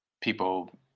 people